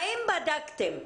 האם בדקתם,